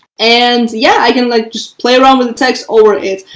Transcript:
and yeah, i can like just play around with the text over it.